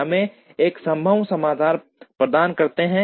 हमें एक संभव समाधान प्रदान करते हैं